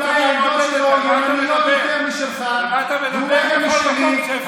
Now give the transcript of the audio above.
אולי העמדות שלו ימניות יותר משלך ויותר משלי,